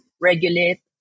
regulate